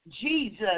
Jesus